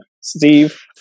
steve